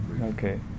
Okay